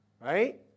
Right